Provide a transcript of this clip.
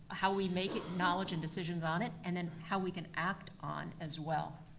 how we make it knowledge and decisions on it and then how we can act on as well.